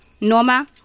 Norma